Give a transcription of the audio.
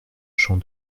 champ